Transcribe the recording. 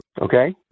Okay